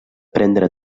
prendre